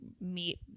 meet